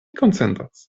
konsentas